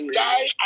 die